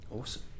Awesome